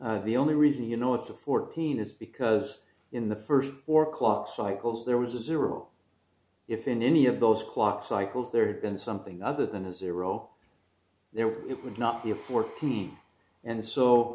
and the only reason you know it's a fourteen is because in the first four clock cycles there was a zero if in any of those clock cycles there been something other than a zero there it would not be a fourth and so